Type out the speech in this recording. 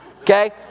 okay